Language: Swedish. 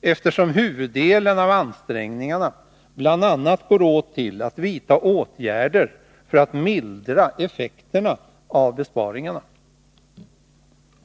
eftersom huvuddelen av ansträngningarna går åt till att vidta åtgärder för att mildra effekterna av besparingarna.